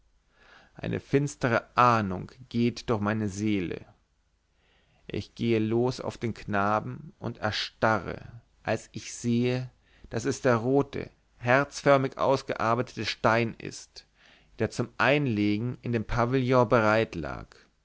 eine finstere ahnung geht durch meine seele ich gehe los auf den knaben und erstarre als ich sehe daß es der rote herzförmig ausgearbeitete stein ist der zum einlegen in dem pavillon bereit lag